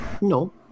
No